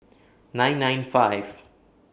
nine nine five